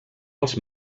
els